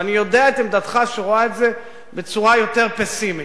ואני יודע את עמדתך שרואה את זה בצורה יותר פסימית,